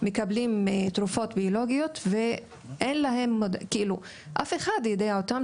מקבלים תרופות ביולוגיות ואף אחד לא יידע אותם